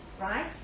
right